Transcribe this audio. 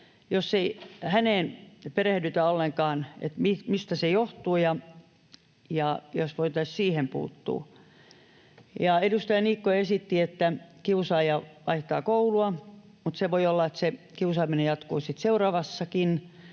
jos ei häneen perehdytä ollenkaan, siihen, mistä se johtuu ja miten siihen voitaisiin puuttua. Edustaja Niikko esitti, että kiusaaja vaihtaa koulua. Mutta voi olla, että se kiusaaminen jatkuu sitten seuraavassakin